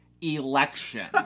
election